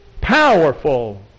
powerful